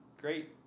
great